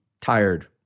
tired